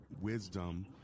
wisdom